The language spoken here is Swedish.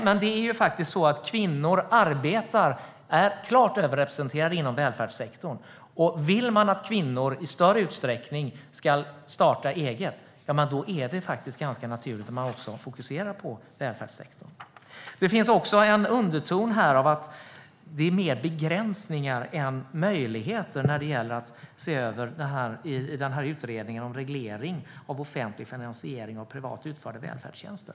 Men kvinnor är klart överrepresenterade inom välfärdssektorn. Vill man att kvinnor i större utsträckning ska starta eget då är det ganska naturligt att de fokuserar på välfärdssektorn. Det finns också en underton här av att det finns mer begränsningar än möjligheter när det gäller att se över utredningen om reglering av offentlig finansiering av privat utförda välfärdstjänster.